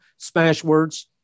Smashwords